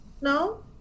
no